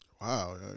Wow